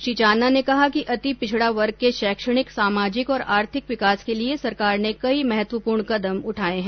श्री चांदना ने कहा कि अति पिछड़ा वर्ग के शैक्षणिक सामाजिक और आर्थिक विकास के लिए सरकार ने कई महत्वपूर्ण कदम उठाए हैं